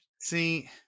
See